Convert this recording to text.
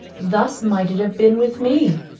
thus might it have been with me,